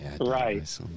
Right